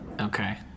Okay